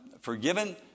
forgiven